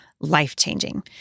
life-changing